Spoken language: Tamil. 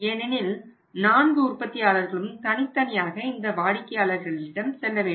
ஏனெனில் நான்கு உற்பத்தியாளர்களும் தனித்தனியாக இந்த வாடிக்கையாளர்களிடம் செல்ல வேண்டும்